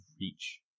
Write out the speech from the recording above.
reach